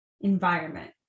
environment